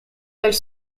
elle